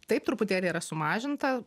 taip truputėlį yra sumažinta